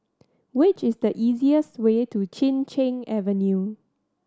what is the easiest way to Chin Cheng Avenue